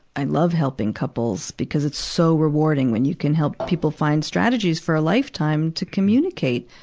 i love helping couples because it's so rewarding when you can help people find strategies for a lifetime to communicate.